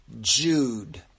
Jude